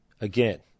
Again